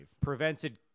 Prevented